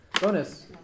Bonus